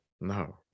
No